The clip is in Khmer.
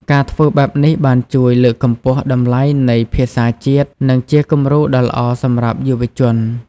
ការធ្វើបែបនេះបានជួយលើកកម្ពស់តម្លៃនៃភាសាជាតិ និងជាគំរូដ៏ល្អសម្រាប់យុវជន។